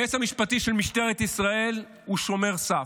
היועץ המשפטי של משטרת ישראל הוא שומר סף.